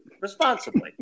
Responsibly